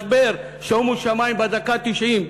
משבר, שומו שמים, בדקה התשעים,